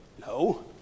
No